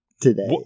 today